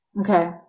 Okay